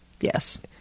Yes